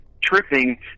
tripping